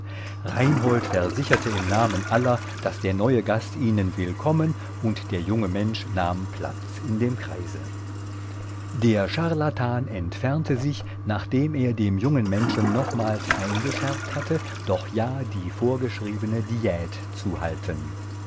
reinhold versicherte im namen aller daß der neue gast ihnen willkommen und der junge mensch nahm platz in dem kreise der charlatan entfernte sich nachdem er dem jungen menschen nochmals eingeschärft hatte doch ja die vorgeschriebene diät zu halten